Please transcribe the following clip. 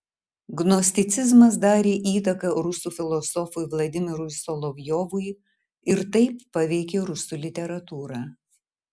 gnosticizmas darė įtaką rusų filosofui vladimirui solovjovui ir taip paveikė rusų literatūrą